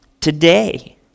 Today